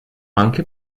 anche